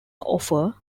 offer